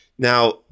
Now